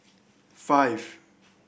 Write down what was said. five